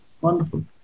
Wonderful